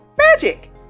magic